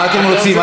מה אתם רוצים עכשיו?